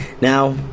Now